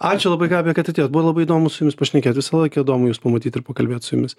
ačiū labai gabija kad atėjot buvo labai įdomu su jumis pašnekėt visąlaik įdomu jus pamatyt ir pakalbėt su jumis